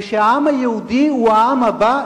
ושהעם היהודי הוא העם הבא.